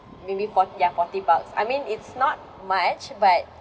maybe four ya forty bucks I mean it's not much but